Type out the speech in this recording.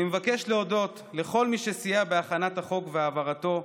אני מבקש להודות לכל מי שסייע בהכנת החוק והעברתו: